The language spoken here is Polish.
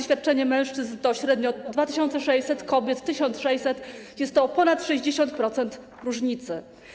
Świadczenie mężczyzn to średnio 2600, kobiet - 1600, jest to o ponad 60% różnicy.